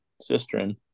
cistern